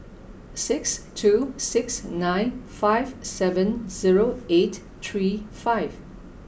six two six nine five seven zero eight three five